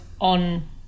on